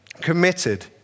committed